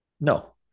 No